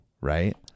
right